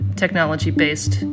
technology-based